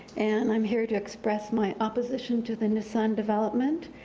and i'm here to express my opposition to the nissan development,